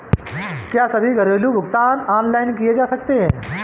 क्या सभी घरेलू भुगतान ऑनलाइन किए जा सकते हैं?